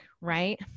Right